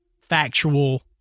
factual